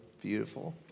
Beautiful